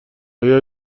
اگر